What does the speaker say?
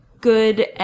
good –